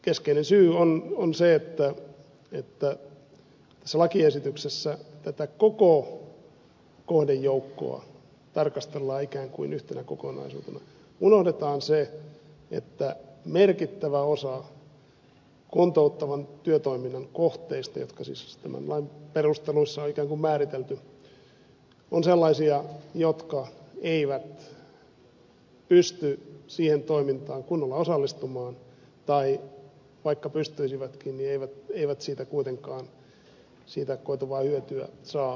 keskeinen syy on se että tässä lakiesityksessä tätä koko kohdejoukkoa tarkastellaan ikään kuin yhtenä kokonaisuutena unohdetaan se että merkittävä osa kuntouttavan työtoiminnan kohteista jotka siis tämän lain perusteluissa on ikään kuin määritelty on sellaisia jotka eivät pysty siihen toimintaan kunnolla osallistumaan tai vaikka pystyisivätkin eivät kuitenkaan siitä koituvaa hyötyä saa